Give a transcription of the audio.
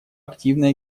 активное